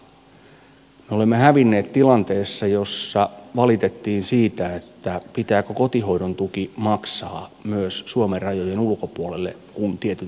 me olemme hävinneet tilanteessa jossa valitettiin siitä pitääkö kotihoidon tuki maksaa myös suomen rajojen ulkopuolelle kun tietyt edellytykset täyttyvät